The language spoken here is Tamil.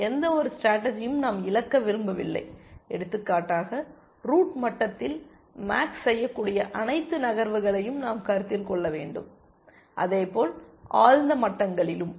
எந்தவொரு ஸ்டேடர்ஜியையும் நாம் இழக்க விரும்பவில்லை எடுத்துக்காட்டாக ரூட் மட்டத்தில் மேக்ஸ் செய்யக்கூடிய அனைத்து நகர்வுகளையும் நாம் கருத்தில் கொள்ள வேண்டும் அதேபோல் ஆழ்ந்த மட்டங்களிலும்